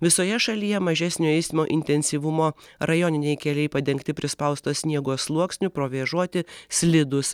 visoje šalyje mažesnio eismo intensyvumo rajoniniai keliai padengti prispausto sniego sluoksniu provėžoti slidūs